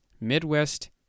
Midwest